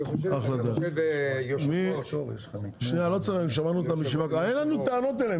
אין לנו טענות אליהם.